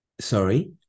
sorry